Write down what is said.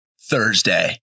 Thursday